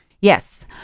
Yes